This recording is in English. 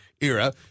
era